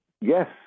yes